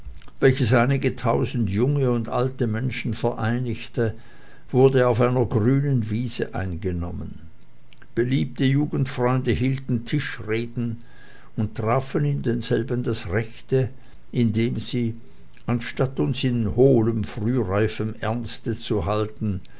welches einige tausend junge und alte menschen vereinigte wurde auf einer grünen wiese eingenommen beliebte jugendfreunde hielten tischreden und trafen in denselben das rechte indem sie anstatt uns in hohlem frühreifem ernste zu halten